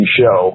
show